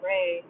Ray